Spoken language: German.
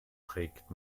trägt